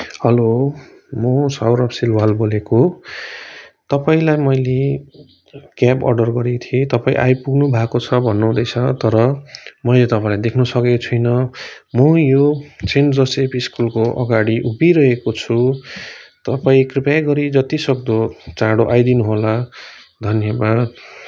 hello म सौरभ श्रीवाल बोलेको तपाईँलाई मैले क्याब अर्डर गरेको थिएँ तपाईँ आइ पुग्नुभएको छ भन्नु हुँदैछ तर मैले तपाईँलाई देख्न सकेको छुइनँ म यो सेन्ट जोसेफ स्कुलको अगाडि उभिइरहेको छु तपाईँ कृपया गरी जति सक्दो चाँडो आइ दिनुहोला धन्यवाद